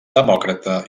demòcrata